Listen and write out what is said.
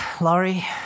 Laurie